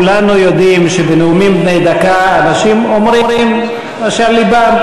כולנו יודעים שבנאומים בני דקה אנשים אומרים את אשר על לבם.